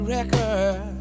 Record